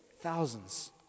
Thousands